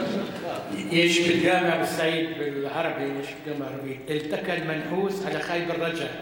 יש פתגם בערבית: אלתקא אל-מנחוס עלא ח'איב אל-רג'אא.